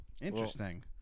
Interesting